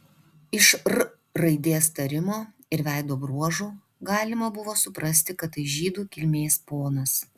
iš r raidės tarimo ir veido bruožų galima buvo suprasti kad tai žydų kilmės ponas